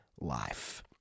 life